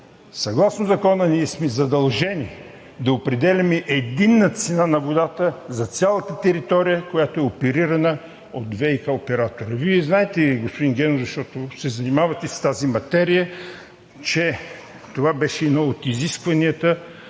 съгласно Закона ние сме задължени да определяме единна цена на водата за цялата територия, която е оперирана от ВиК оператора. Вие знаете, господин Генов, защото се занимавате с тази материя, че това беше едно от изискванията